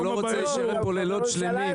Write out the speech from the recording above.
הוא לא רוצה להישאר פה לילות שלמים.